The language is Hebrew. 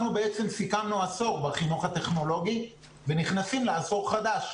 אנחנו בעצם סיכמנו עשור בחינוך הטכנולוגי ונכנסים לעשור חדש,